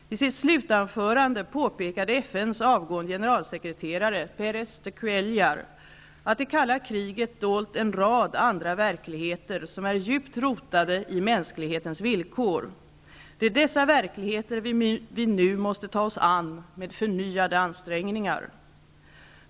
I sitt slutanförande påpekade Cuellar att det kalla kriget dolt en rad andra verkligheter som är djupt rotade i mänsklighetens villkor. Det är dessa verkligheter vi nu måste ta oss an med förnyade ansträngningar.